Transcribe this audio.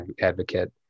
advocate